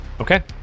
okay